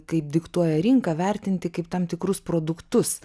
kaip diktuoja rinka vertinti kaip tam tikrus produktus